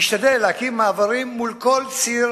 להשתדל להקים מעברים מול כל ציר